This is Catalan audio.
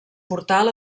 portal